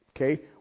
okay